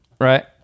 right